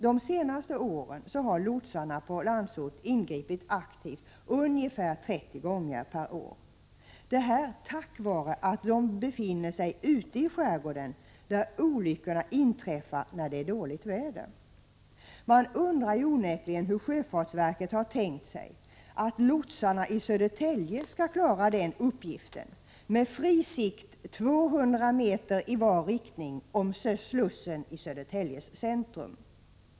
De senaste åren har lotsarna på Landsort ingripit aktivt ca 30 gånger per år — detta tack vare att de befinner sig ute i skärgården där olyckorna inträffar när det är dåligt väder. Man undrar onekligen hur sjöfartsverket har tänkt sig att lotsarna i Södertälje skall klara den uppgiften med fri sikt 200 meter i vardera riktning från slussen i Södertäljes centrum.